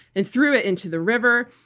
and threw it into the river.